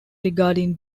regarding